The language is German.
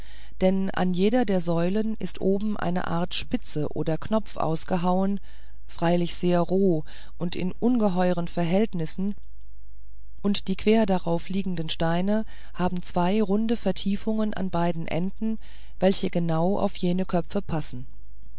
denn an jeder der säulen ist oben eine art spitze oder knopf ausgehauen freilich sehr roh und in ungeheuren verhältnissen und die quer darauf liegenden steine haben zwei runde vertiefungen an beiden enden welche genau auf jene knöpfe passen